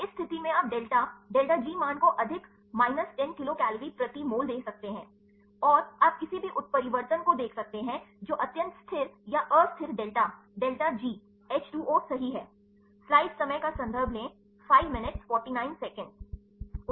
इस स्थिति में आप डेल्टा डेल्टा जी मान को अधिक माइनस 10 किलो कैलोरी प्रति मोल सेदे सकते हैं और आप किसी भी उत्परिवर्तन को देख सकते हैं जो अत्यंत स्थिर या अस्थिर डेल्टा डेल्टा GH 2 O सही है